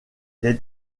les